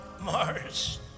Mars